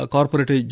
Corporate